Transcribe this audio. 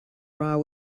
raw